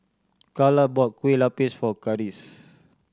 Calla bought Kueh Lapis for Karis